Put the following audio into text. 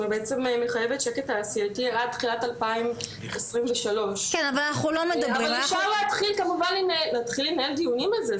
שבעצם מחייב שקט תעשייתי עד תחילת 2023. אפשר להתחיל כמובן לנהל דיונים על זה,